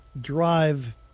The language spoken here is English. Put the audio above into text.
drive